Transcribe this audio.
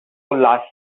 last